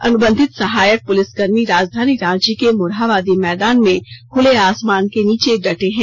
अनुबंधित सहायक पुलिस कर्मी राजधानी रांची के मोरहाबादी मैदान में खुले आसमान के नीचे डटे है